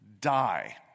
die